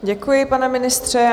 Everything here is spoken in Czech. Děkuji, pane ministře.